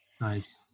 Nice